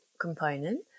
Component